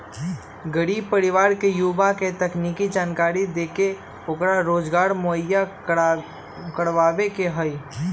गरीब परिवार के युवा के तकनीकी जानकरी देके ओकरा रोजगार मुहैया करवावे के हई